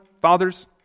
fathers